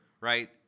right